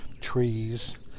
trees